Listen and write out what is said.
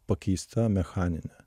pakeista mechanine